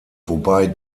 wobei